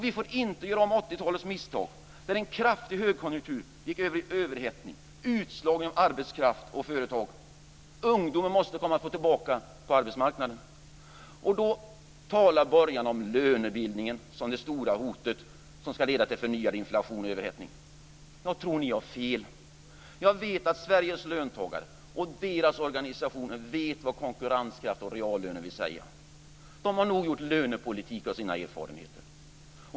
Vi får inte göra om 80-talets misstag när en kraftig högkonjunktur gick över i överhettning, utslagning av arbetskraft och företag. Ungdomen måste få komma tillbaka på arbetsmarknaden. Borgarna talar om lönebildningen som det stora hotet som ska leda till förnyad inflation och överhettning. Jag tror ni har fel. Jag vet att Sveriges löntagare och deras organisationer vet vad konkurrenskraft och reallöner vill säga. De har nog gjort lönepolitik av sina erfarenheter.